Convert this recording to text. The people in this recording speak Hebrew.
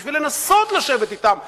כדי לנסות לשבת אתם למשא-ומתן?